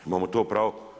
Imamo to pravo.